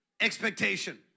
expectation